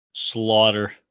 Slaughter